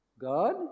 God